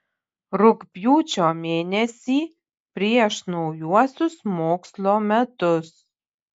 rugpjūčio mėnesį prieš naujuosius mokslo metus